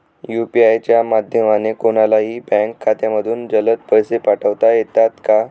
UPI च्या माध्यमाने कोणलाही बँक खात्यामधून जलद पैसे पाठवता येतात का?